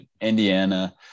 Indiana